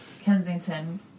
Kensington